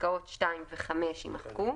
פסקאות (2) ו-(5) יימחקו,